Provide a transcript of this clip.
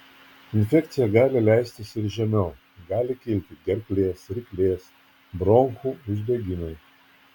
infekcija gali leistis ir žemiau gali kilti gerklės ryklės bronchų uždegimai